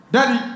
Daddy